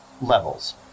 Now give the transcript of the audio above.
levels